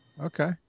Okay